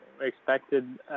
expected